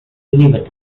liverpool